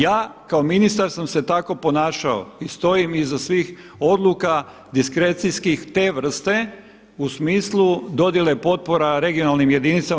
Ja kao ministar sam se tako ponašao i stojim iza svih odluka diskrecijskih te vrste u smislu dodjele potpora regionalnim jedinicama.